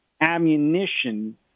ammunition